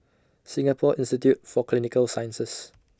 Singapore Institute For Clinical Sciences